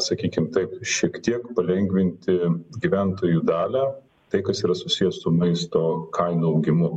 sakykim taip šiek tiek palengvinti gyventojų dalią tai kas yra susiję su maisto kainų augimu